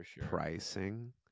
pricing